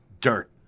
dirt